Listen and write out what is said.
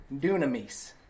dunamis